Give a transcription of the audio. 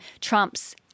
trumps